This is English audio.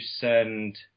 send